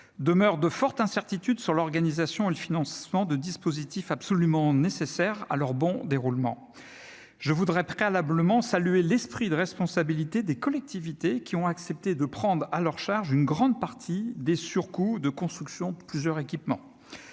Pourtant, de fortes incertitudes demeurent sur l'organisation et le financement de dispositifs absolument nécessaires à leur bon déroulement.² Pour commencer, je tiens à saluer l'esprit de responsabilité des collectivités, qui ont accepté de prendre à leur charge une grande partie des surcoûts de construction de plusieurs équipements.